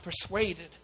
persuaded